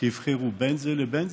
שיבחרו בין זה לבין זה.